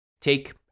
Take